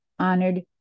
honored